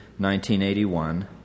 1981